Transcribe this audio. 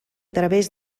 través